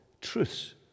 truths